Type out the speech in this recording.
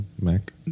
mac